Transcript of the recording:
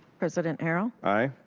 president harrell. aye.